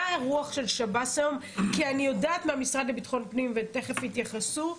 אני יודעת מהמשרד לביטחון פנים ותיכף יתייחסו,